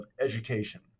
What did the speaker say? education